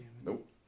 Nope